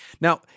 Now